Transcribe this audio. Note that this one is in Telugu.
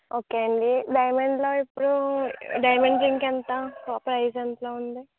ఓకే అండి డైమెండ్లో ఇప్పుడు డైమెండ్ రింగ్కి ఎంత ప్రైస్ ఎంతలో ఉంది